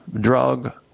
drug